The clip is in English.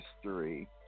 history